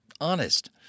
honest